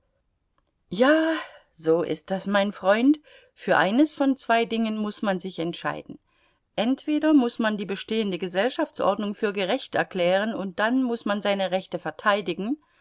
ja so ist das mein freund für eines von zwei dingen muß man sich entscheiden entweder muß man die bestehende gesellschaftsordnung für gerecht erklären und dann muß man seine rechte verteidigen